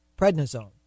prednisone